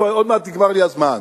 ועוד מעט נגמר לי הזמן.